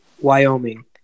Wyoming